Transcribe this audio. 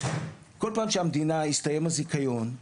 כל פעם שהמדינה הסתיים הזיכיון,